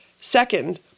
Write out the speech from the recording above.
Second